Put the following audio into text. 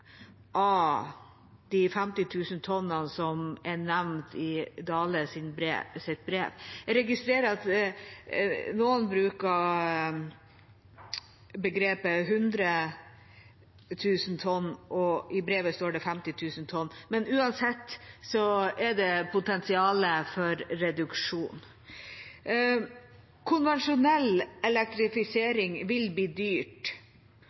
av de 50 000 tonnene som er nevnt i statsråd Dales brev. Jeg registrerer at noen bruker tallet 100 000 tonn, og i brevet står det 50 000 tonn, men uansett er det potensial for reduksjon. Konvensjonell elektrifisering vil bli dyrt.